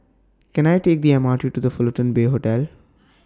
Can I Take The M R T to The Fullerton Bay Hotel